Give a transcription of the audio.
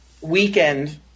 weekend